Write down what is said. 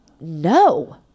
no